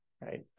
right